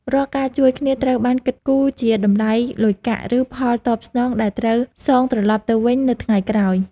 រាល់ការជួយគ្នាត្រូវបានគិតគូរជាតម្លៃលុយកាក់ ឬផលតបស្នងដែលត្រូវសងត្រលប់ទៅវិញនៅថ្ងៃក្រោយ។